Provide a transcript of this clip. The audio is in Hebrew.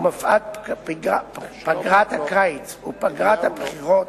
ומפאת פגרת הקיץ ופגרת הבחירות